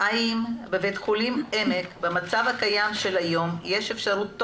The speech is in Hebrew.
האם בבית החולים העמק יש אפשרות היום